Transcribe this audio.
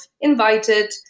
invited